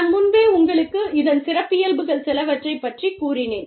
நான் முன்பே உங்களுக்கு இதன் சிறப்பியல்புகள் சிலவற்றைப் பற்றிக் கூறினேன்